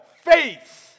face